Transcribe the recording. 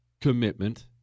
commitment